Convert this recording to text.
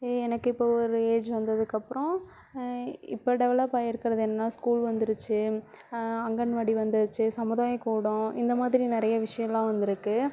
எனக்கு இப்போ ஒரு ஏஜ் வந்ததுக்கப்புறம் இப்போ டெவெலப் ஆகிருக்கிறது என்ன ஸ்கூல் வந்துடுச்சி அங்கன்வாடி வந்துடுச்சி சமுதாயக்கூடம் இந்த மாதிரி நிறைய விஷியம்ல்லாம் வந்துருக்கு